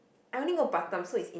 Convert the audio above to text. I only go Batam so it's in